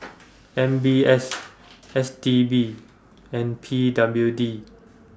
M B S S T B and P W D